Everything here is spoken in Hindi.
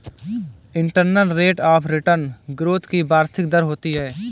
internal rate of return growth की वार्षिक दर होती है